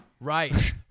right